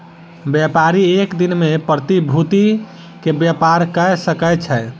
व्यापारी एक दिन में प्रतिभूति के व्यापार कय सकै छै